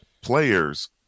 players